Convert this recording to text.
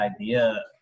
idea